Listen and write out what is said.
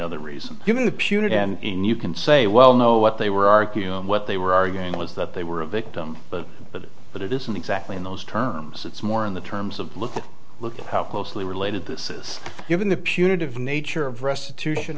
other reason given the punitive and you can say well no what they were arguing what they were arguing was that they were a victim but but but it isn't exactly in those terms it's more in the terms of look at look at how closely related this says given the punitive nature of restitution